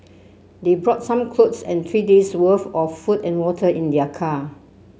they brought some clothes and three days' worth of food and water in their car